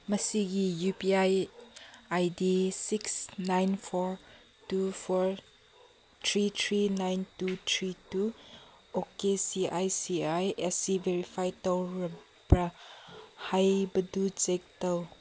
ꯃꯁꯤꯒꯤ U P I I D six nine four two four three three nine two three two O K C I C I ꯑꯁꯤ verify ꯇꯧꯔꯕ꯭ꯔꯥ ꯍꯥꯏꯕꯗꯨ check ꯇꯧ